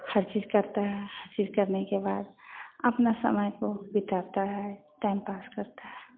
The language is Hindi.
हर चीज़ करते हैं हर चीज़ करने के बाद अपने समय को बिताता है टाइम पास करता है